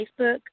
Facebook